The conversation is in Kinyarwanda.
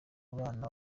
abana